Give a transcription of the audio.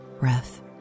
breath